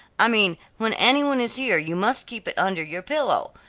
i mean when any one is here you must keep it under your pillow,